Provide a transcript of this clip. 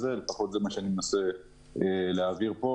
זה לפחות מה שאני מנסה להעביר פה.